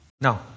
Now